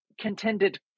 contended